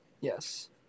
Yes